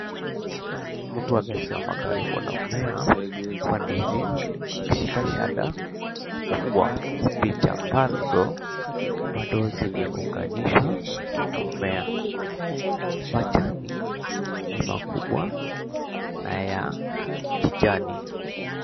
Mtu amesimama karibu na mmea wa ndizi, akishika shada kubwa mbichi ambazo bado zimeunganishwa na mmea. Majani ni makubwa na ya kijani.